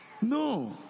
No